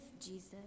Jesus